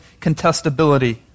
contestability